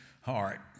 heart